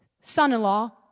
son-in-law